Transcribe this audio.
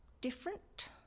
different